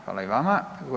Hvala i vama.